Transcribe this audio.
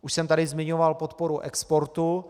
Už jsem tady zmiňoval podporu exportu.